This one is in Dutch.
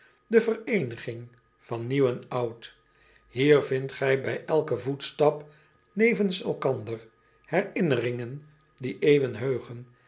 de vereeniging van nieuw en oud ier vindt gij bij elken voetstap nevens elkander herinneringen die eeuwen heugen